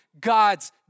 God's